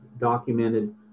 documented